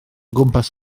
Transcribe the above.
gwmpas